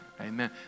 Amen